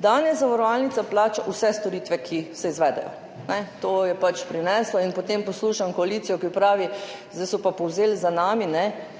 Danes zavarovalnica plača vse storitve, ki se izvedejo. To je pač prineslo in potem poslušam koalicijo, ki pravi, zdaj so pa povzeli za nami,